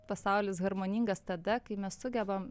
pasaulis harmoningas tada kai mes sugebam